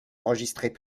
enregistrées